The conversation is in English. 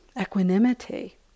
equanimity